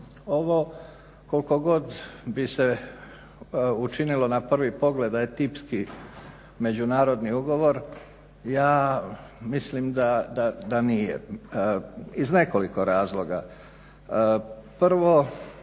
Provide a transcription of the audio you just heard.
ovo koliko god bi se učinilo na prvi pogled da je tipski međunarodni ugovor ja mislim da nije, iz nekoliko razloga.